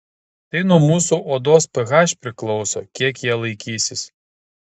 tai nuo mūsų odos ph priklauso kiek jie laikysis